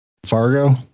Fargo